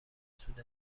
سود